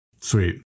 Sweet